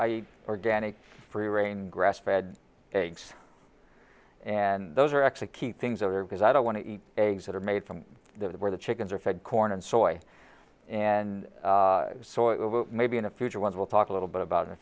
day organic free rein grass fed eggs and those are actually key things are because i don't want to eat eggs that are made from the where the chickens are fed corn and soy and soy maybe in the future ones will talk a little bit about